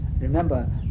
remember